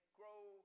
grow